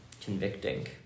convicting